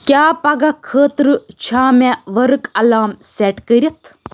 کیاہ پگہہ خٲطرٕ چھا مےٚ ؤرٕک الارام سیٚٹ کٔرِتھ